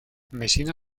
mesina